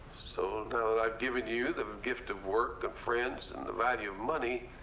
so, now that i've given you the gift of work and friends and the value of money,